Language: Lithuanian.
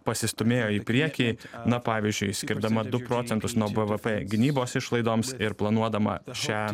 pasistūmėjo į priekį na pavyzdžiui skirdama du procentus nuo bvp gynybos išlaidoms ir planuodama šią